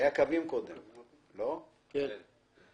פעלה שם חברת קווים.